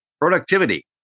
Productivity